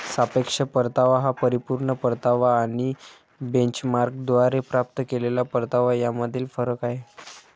सापेक्ष परतावा हा परिपूर्ण परतावा आणि बेंचमार्कद्वारे प्राप्त केलेला परतावा यामधील फरक आहे